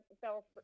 fell